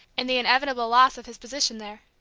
and the inevitable loss of his position there.